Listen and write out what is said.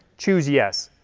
choose yes.